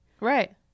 Right